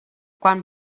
quan